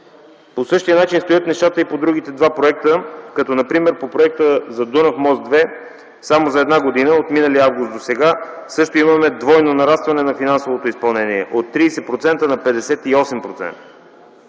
По същия начин стоят нещата и по другите два проекта. Например по проекта за Дунав мост 2 само за една година – от миналия август досега, също имаме двойно нарастване на финансовото изпълнение – от 30% на 58%.